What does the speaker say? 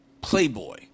Playboy